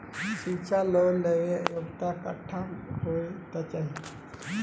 शिक्षा लोन लेवेला योग्यता कट्ठा होए के चाहीं?